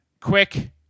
Quick